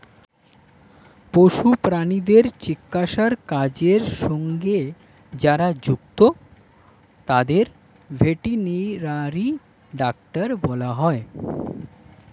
পশু প্রাণীদের চিকিৎসার কাজের সঙ্গে যারা যুক্ত তাদের ভেটেরিনারি ডাক্তার বলা হয়